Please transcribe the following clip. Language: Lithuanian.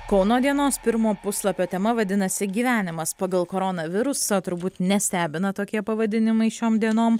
kauno dienos pirmo puslapio tema vadinasi gyvenimas pagal koronavirusą turbūt nestebina tokie pavadinimai šiom dienom